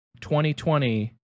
2020